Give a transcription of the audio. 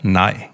nej